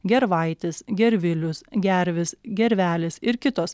gervaitis gervilius gervis gervelis ir kitos